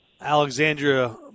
Alexandria